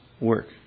work